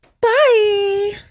Bye